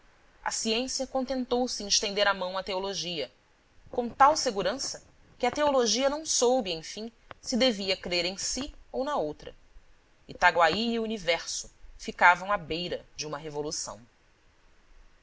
a ciência contentou-se em estender a mão à teologia com tal segurança que a teologia não soube enfim se devia crer em si ou na outra itaguaí e o universo ficavam à beira de uma revolução